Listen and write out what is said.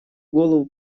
голову